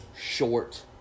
short